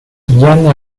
jan